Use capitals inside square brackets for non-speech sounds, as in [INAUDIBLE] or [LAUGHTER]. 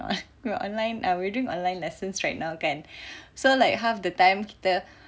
[NOISE] we are online uh we doing online lessons right now kan so like half the time kita